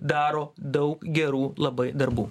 daro daug gerų labai darbų